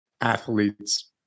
athletes